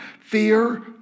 Fear